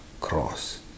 cross